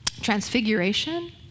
Transfiguration